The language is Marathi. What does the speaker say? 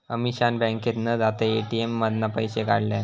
अमीषान बँकेत न जाता ए.टी.एम मधना पैशे काढल्यान